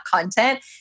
content